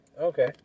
Okay